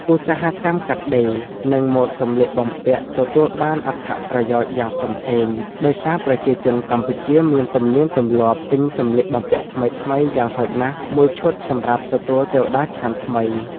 ឧស្សាហកម្មកាត់ដេរ និងម៉ូដសម្លៀកបំពាក់ទទួលបានអត្ថប្រយោជន៍យ៉ាងធំធេង ដោយសារប្រជាជនកម្ពុជាមានទំនៀមទម្លាប់ទិញសម្លៀកបំពាក់ថ្មីៗយ៉ាងហោចណាស់មួយឈុតសម្រាប់ទទួលទេវតាឆ្នាំថ្មី។